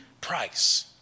price